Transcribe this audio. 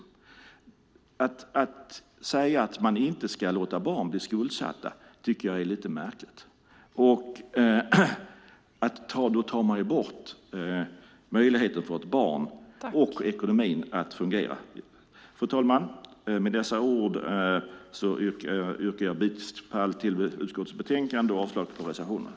Jag tycker att det är lite märkligt att säga att man inte ska låta barn bli skuldsatta. Då tar man ju bort möjligheten för ett barn och ekonomin att fungera. Fru talman! Med dessa ord yrkar jag bifall till förslaget i utskottets betänkande och avslag på reservationerna.